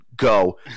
go